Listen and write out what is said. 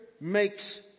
makes